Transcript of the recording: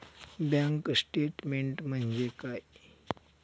Bank statement म्हणजे काय?